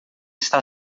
está